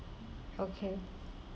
okay